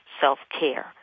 self-care